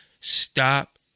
stop